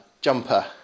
jumper